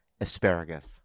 Asparagus